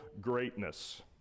greatness